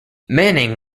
manning